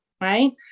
right